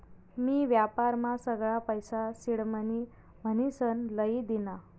मी व्यापारमा सगळा पैसा सिडमनी म्हनीसन लई दीना